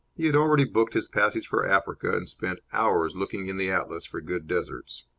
he had already booked his passage for africa, and spent hours looking in the atlas for good deserts.